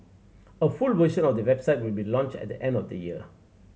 a full version of the website will be launched at the end of the year